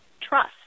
trust